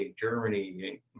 Germany